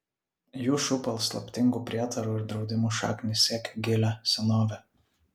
jų šių paslaptingų prietarų ir draudimų šaknys siekią gilią senovę